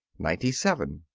ninety seven.